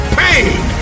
pain